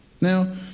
Now